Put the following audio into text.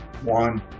one